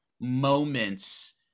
moments